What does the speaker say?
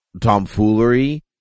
tomfoolery